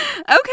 Okay